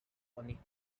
only